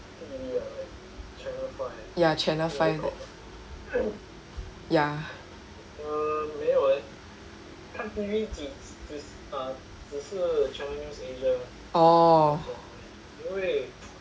ya channel five ya orh